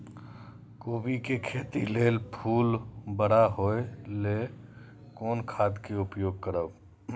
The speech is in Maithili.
कोबी के खेती लेल फुल बड़ा होय ल कोन खाद के उपयोग करब?